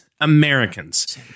americans